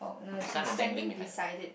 okay kind of dangling behind the ball